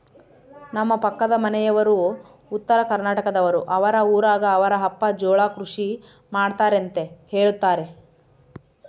ನಮ್ಮ ಪಕ್ಕದ ಮನೆಯವರು ಉತ್ತರಕರ್ನಾಟಕದವರು, ಅವರ ಊರಗ ಅವರ ಅಪ್ಪ ಜೋಳ ಕೃಷಿ ಮಾಡ್ತಾರೆಂತ ಹೇಳುತ್ತಾರೆ